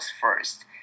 first